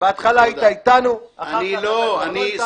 בהתחלה היית איתנו, אחר כך אתה כבר לא איתנו,